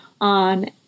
on